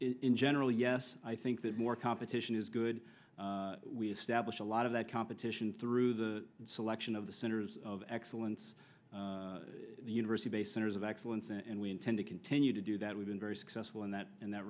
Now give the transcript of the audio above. in general yes i think that more competition is good we establish a lot of that competition through the selection of the centers of excellence university based centers of excellence and we intend to continue to do that we've been very successful in that in that